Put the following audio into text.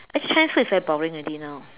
actually Chinese food is very boring already now